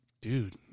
dude